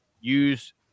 Use